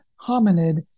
hominid